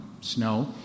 snow